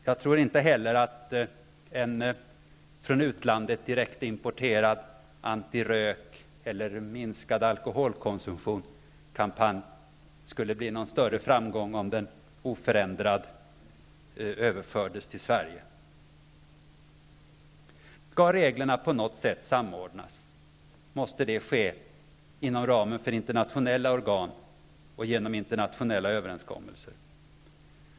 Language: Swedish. Jag tror inte heller att en från utlandet direkt importerad antirökkampanj eller kampanj för minskad alkoholkonsumtion skulle bli någon större framgång, om den oförändrad överfördes till Skall reglerna på något sätt samordnas, måste detta ske inom ramen för internationella organ och genom internationella överenskommelser.